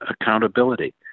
accountability